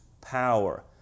power